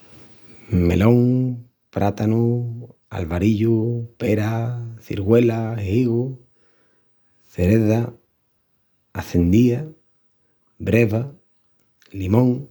Melón, prátanu, alvarillu, pera, cirgüela, higu, cereza, acendía, breva, limón.